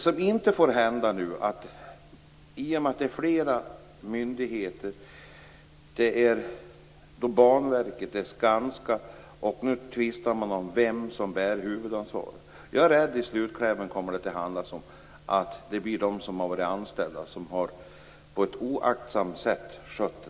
Man tvistar nu om det är Banverket eller Skanska som bär huvudansvaret. Jag är rädd för att man till slut får det till att de anställda har skött miljögifterna på ett oaktsamt sätt.